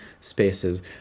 spaces